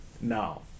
now